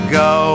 go